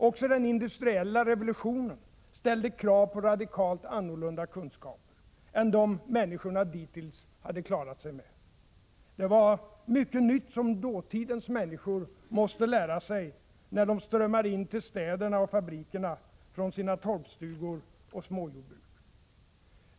Också den industriella revolutionen ställde krav på radikalt annorlunda kunskaper, än dem människor dittills klarat sig med. Det var mycket nytt som dåtidens människor måste lära sig, när de strömmade till städerna och fabrikerna från sina torpstugor och småjordbruk.